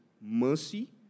mercy